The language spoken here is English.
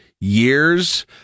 Years